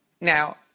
now